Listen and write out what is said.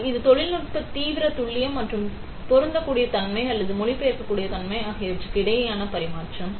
எனவே இது தொழில்நுட்பத்தின் தீவிர துல்லியம் மற்றும் பொருந்தக்கூடிய தன்மை அல்லது மொழிபெயர்க்கக்கூடிய தன்மை ஆகியவற்றுக்கு இடையேயான பரிமாற்றமாகும்